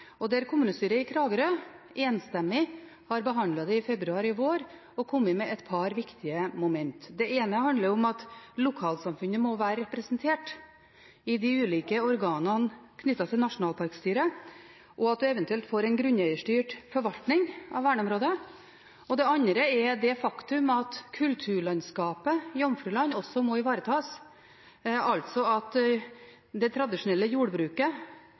Kommunestyret i Kragerø behandlet det i februar i år og kom fram til et enstemmig vedtak med et par viktige moment. Det ene handler om at lokalsamfunnet må være representert i de ulike organene knyttet til nasjonalparkstyret, og at en eventuelt får en grunneierstyrt forvaltning av verneområdet. Det andre er det faktum at kulturlandskapet Jomfruland også må ivaretas, altså at det tradisjonelle jordbruket